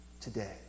today